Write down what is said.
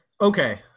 Okay